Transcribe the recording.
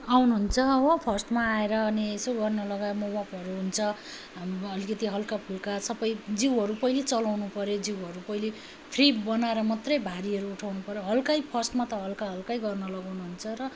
आउनु हुन्छ हो फर्स्टमा आएर अनि यसो गर्न लगायो वर्मअपहरू हुन्छ हाम्रोमा अलिकति हल्काफुल्का सबै जिउहरू पहिल्यै चलाउनु पऱ्यो जिउहरू पहिल्यै फ्री बनाएर मात्रै भारीहरू उठाउनु पऱ्यो हल्कै फर्स्टमा त हल्का हल्कै गर्न लगाउनु हुन्छ र